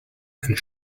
and